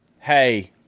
hey